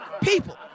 People